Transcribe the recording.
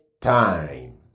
time